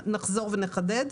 נחזור ונחדד.